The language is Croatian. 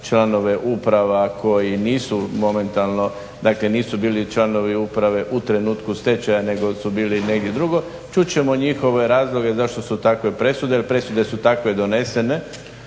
članove uprava koji nisu momentalno, dakle nisu bili članovi uprave u trenutku stečaja nego su bili negdje drugo. Čut ćemo njihove razloge zašto su takve presude jer presude su takve donesene,